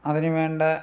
അതിന് വേണ്ട